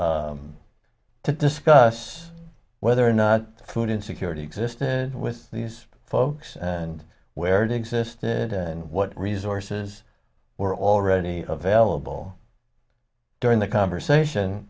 and to discuss whether or not food insecurity existed with these folks and where it exists and what resources were already available during the conversation